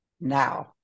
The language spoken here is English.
now